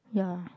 ya